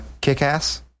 Kick-Ass